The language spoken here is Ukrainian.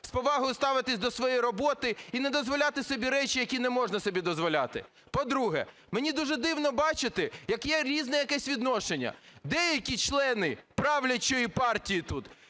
з повагою ставитись до своєї роботи і не дозволяти собі речі, які не можна собі дозволяти. По-друге, мені дуже дивно бачити, як є різне якесь відношення. Деякі члени правлячої партії тут